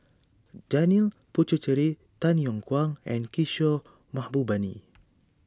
Janil Puthucheary Tay Yong Kwang and Kishore Mahbubani